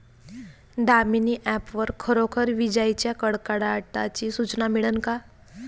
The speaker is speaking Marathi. दामीनी ॲप वर खरोखर विजाइच्या कडकडाटाची सूचना मिळन का?